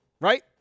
right